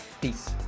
Peace